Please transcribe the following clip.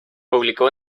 publicó